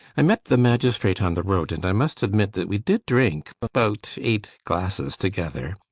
i met the magistrate on the road, and i must admit that we did drink about eight glasses together.